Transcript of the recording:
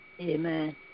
Amen